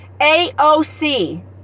AOC